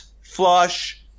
flush